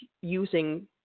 using